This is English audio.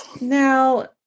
now